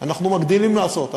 אנחנו מגדילים לעשות,